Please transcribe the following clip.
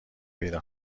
پیدا